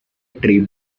tree